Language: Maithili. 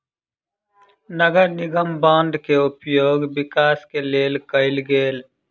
नगर निगम बांड के उपयोग विकास के लेल कएल गेल